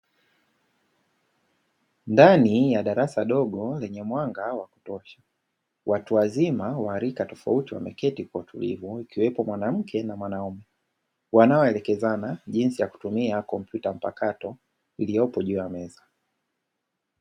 Ndani ya darasa dogo lenye mwanga wa kutosha, watu wazima wa lika tofauti wameketi kwa utulivu akiwepo mwanamke na mwanaume, wanaoelekezana jinsi ya kutumia kompyuta mpakato iliyopo juu ya meza.